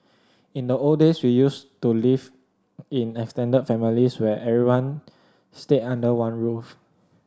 in the old days we used to live in extended families where everyone stayed under one roof